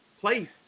play